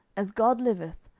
as god liveth,